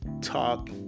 talk